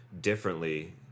differently